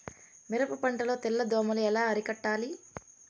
మిరప పంట లో తెల్ల దోమలు ఎలా అరికట్టాలి?